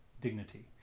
dignity